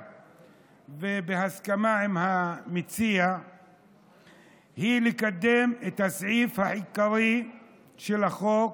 ובהסכמה עם המציע היא לקדם את הסעיף ההיסטורי של החוק,